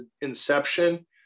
inception